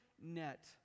net